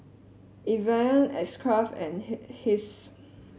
Evian X Craft and Kiehl's